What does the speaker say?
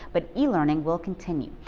but e-learning will continue.